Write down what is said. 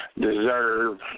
deserve –